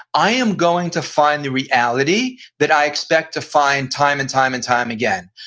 i am going to find the reality that i expect to find time and time and time again.